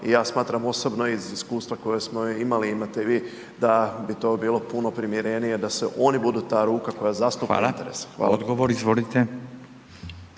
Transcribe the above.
i ja smatram osobno i iskustva koja smo imali, imate i vi, da bi to bilo puno primjerenije da se oni budu ta ruka koja zastupa interese. Hvala. **Radin, Furio